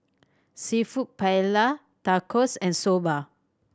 Seafood Paella Tacos and Soba